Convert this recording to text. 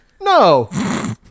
No